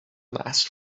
last